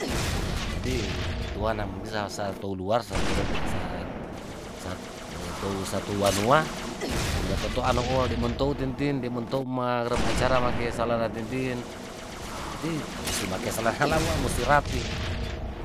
Jadi toana mung sa satu luar sotorope sa tou satu wanua hee minototoan no de' mentou tintin de mentou mauren acara salana tintin berarti tamusti make selahala wa musti rapih.